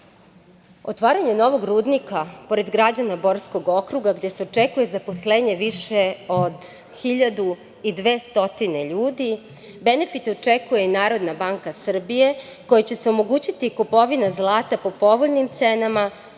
sredine. Otvaranje novog rudnika, pored građana Borskog okruga, gde se očekuje zaposlenje više od 1.200 ljudi, benefit očekuje i Narodna banka Srbije, kojoj će se omogućiti kupovina zlata po povoljnim cenama,